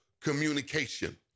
communication